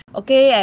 okay